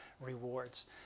rewards